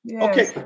Okay